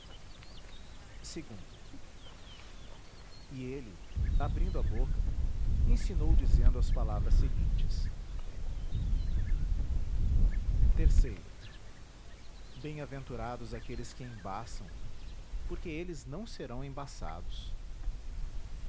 u lutas ele abrindo a boca ensinou dizendo as palavras seguintes em aventurados aqueles que embaçam porque eles não serão embaçados